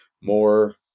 more